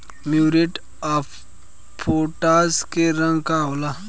Muriate of potash के रंग का होला?